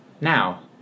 now